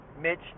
Mitch